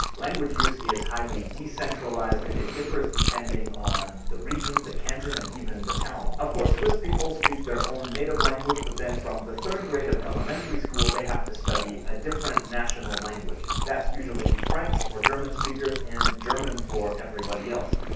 language use is highly decentralized and it differs, depending on the region, the canton and even the town. of course, swiss people speak their own native language but then, from the third grade of elementary school, they have to study a different national language. that's usually french for german speakers and german for everybody else.